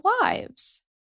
wives